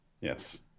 Yes